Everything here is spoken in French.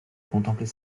contempler